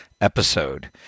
episode